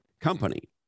company